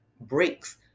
breaks